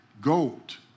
gold